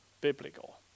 biblical